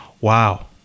wow